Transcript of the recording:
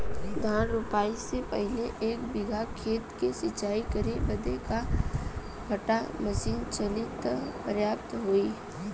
धान रोपाई से पहिले एक बिघा खेत के सिंचाई करे बदे क घंटा मशीन चली तू पर्याप्त होई?